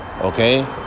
Okay